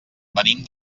venim